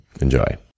Enjoy